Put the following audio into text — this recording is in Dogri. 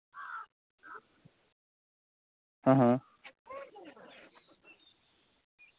हां हां